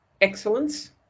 excellence